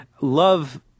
love